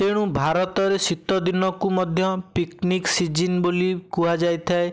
ତେଣୁ ଭାରତରେ ଶୀତ ଦିନକୁ ମଧ୍ୟ ପିକନିକ୍ ସିଜିନ୍ ବୋଲି କୁହାଯାଇଥାଏ